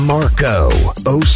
Marco